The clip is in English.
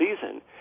season